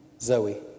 Zoe